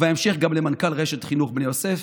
ובהמשך גם מנכ"ל רשת החינוך בני יוסף,